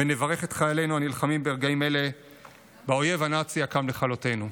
נברך את חיילינו הנלחמים ברגעים אלה באויב הנאצי הקם לכלותנו.